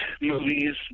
movies